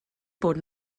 bod